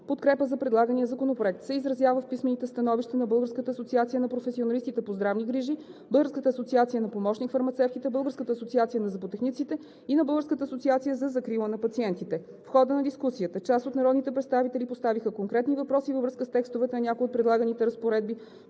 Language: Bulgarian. Подкрепа за предлагания законопроект се изразява в писмените становища на Българската асоциация на професионалистите по здравни грижи, Българската асоциация на помощник-фармацевтите, Българската асоциация на зъботехниците и на Българската асоциация за закрила на пациентите. В хода на дискусията част от народните представители поставиха конкретни въпроси във връзка с текстовете на някои от предлаганите разпоредби.